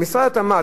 שמשרד התמ"ת,